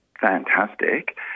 fantastic